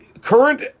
current